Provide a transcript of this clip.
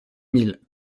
mille